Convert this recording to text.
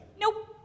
Nope